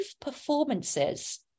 performances